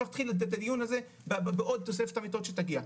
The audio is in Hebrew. ואנחנו נתחיל את הדיון הזה בעוד תוספת המיטות שתגיע,